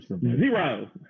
Zero